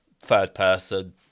third-person